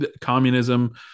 communism